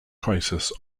crisis